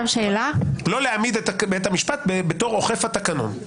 לא להעמיד את בית המשפט בתור אוכף התקנון.